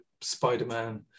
Spider-Man